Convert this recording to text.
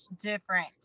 different